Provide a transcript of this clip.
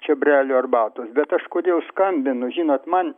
čiobrelių arbatos bet aš kodėl skambinu žinot man